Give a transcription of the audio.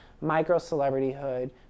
micro-celebrityhood